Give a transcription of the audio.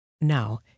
Now